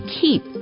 keep